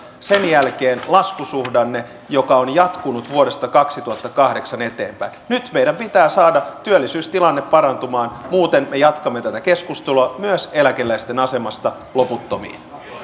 sen jälkeen on ollut laskusuhdanne joka on jatkunut vuodesta kaksituhattakahdeksan eteenpäin nyt meidän pitää saada työllisyystilanne parantumaan muuten me jatkamme tätä keskustelua myös eläkeläisten asemasta loputtomiin